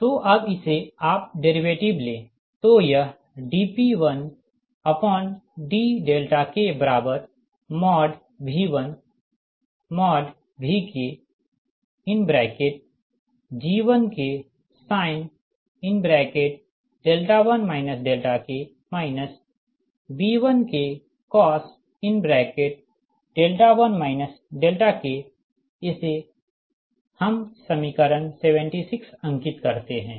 तो अब इसे आप डेरीवेटिव ले तो यह dP1dKV1VKG1Ksin 1 k B1Kcos 1 K इसे हम समीकरण 76 अंकित करते है